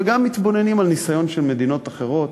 וגם מתבוננים על ניסיון של מדינות אחרות